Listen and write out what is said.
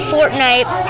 Fortnite